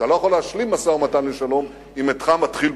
אתה לא יכול להשלים משא-ומתן לשלום אם אינך מתחיל בו.